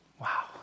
Wow